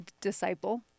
disciple